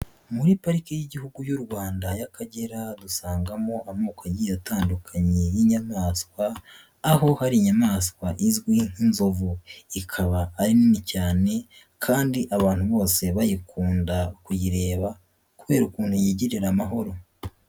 Muri parike y'Igihugu y'u Rwanda y'Akagera dusangamo amoko agiye atandukanye y'inyamaswa aho hari inyamaswa izwi nk'inzovu, ikaba ari nini cyane kandi abantu bose bayikunda kuyireba kubera ukuntu yigirira amahoro.